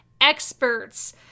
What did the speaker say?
experts